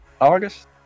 August